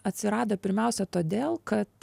atsirado pirmiausia todėl kad